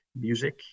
music